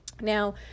Now